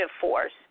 force